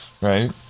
Right